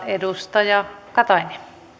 edustaja katainen